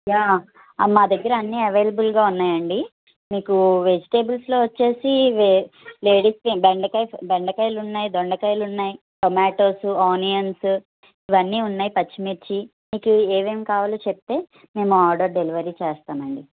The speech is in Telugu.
యా మా దగ్గర అన్నీ అవైలబుల్గా ఉన్నాయండి మీకు వెజిటెబుల్స్లో వచ్చి వే లేడీస్ ఫింగర్ బెండకాయ బెండకాయలు ఉన్నాయి దొండకాయలు ఉన్నాయి టొమాటోసు ఆనియన్స్ ఇవన్నీ ఉన్నాయి పచ్చిమిర్చి మీకు ఏవేమి కావాలో చెప్తే మేము ఆర్డర్ డెలివరీ చేస్తాం అండి